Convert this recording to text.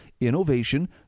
innovation